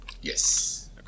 Yes